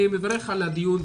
אני מברך על הדיון,